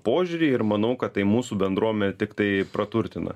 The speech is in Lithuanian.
požiūrį ir manau kad tai mūsų bendruomenę tiktai praturtina